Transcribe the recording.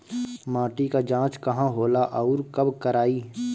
माटी क जांच कहाँ होला अउर कब कराई?